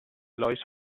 lois